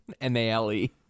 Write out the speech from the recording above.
M-A-L-E